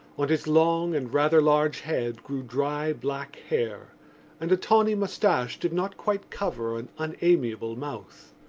on his long and rather large head grew dry black hair and a tawny moustache did not quite cover an unamiable mouth.